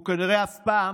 הוא כנראה אף פעם,